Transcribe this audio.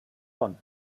bonn